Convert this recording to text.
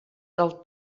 del